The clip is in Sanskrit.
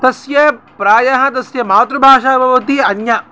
तस्य प्रायः तस्य मातृभाषा भवति अन्या